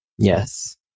Yes